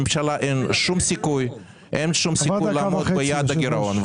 לממשלה אין כל סיכוי לעמוד ביעד הגירעון.